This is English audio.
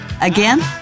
Again